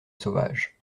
sauvage